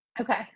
okay